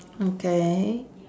okay